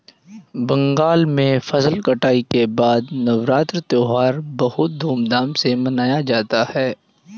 बंगाल में फसल कटाई के बाद नवान्न त्यौहार बहुत धूमधाम से मनाया जाता है